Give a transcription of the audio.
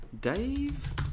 Dave